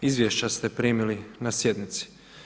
Izvješća ste primili na sjednici.